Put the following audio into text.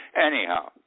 Anyhow